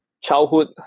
childhood